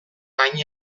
hain